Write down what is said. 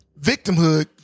victimhood